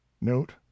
Note